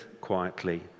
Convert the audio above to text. quietly